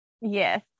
Yes